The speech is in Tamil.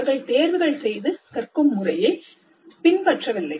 அவர்கள் தேர்வுகள் செய்து கற்கும் முறையை பின்பற்ற வில்லை